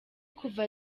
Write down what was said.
kuva